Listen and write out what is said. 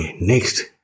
next